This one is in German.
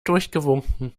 durchgewunken